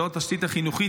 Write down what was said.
זו התשתית החינוכית,